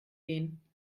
gehen